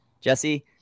Jesse